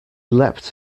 leapt